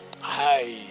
Hi